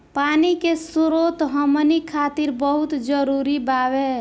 पानी के स्रोत हमनी खातीर बहुत जरूरी बावे